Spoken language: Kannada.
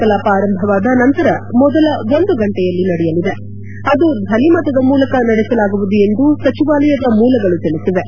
ಕಲಾಪ ಆರಂಭವಾದ ನಂತರ ಮೊದಲ ಒಂದು ಗಂಟೆಯಲ್ಲಿ ನಡೆಯಲಿದೆ ಅದು ಧ್ಲನಿಮತದ ಮೂಲಕ ನಡೆಸಲಾಗುವುದು ಎಂದು ಸಚಿವಾಲಯದ ಮೂಲಗಳು ತಿಳಿಸಿವೆ